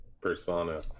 Persona